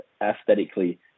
aesthetically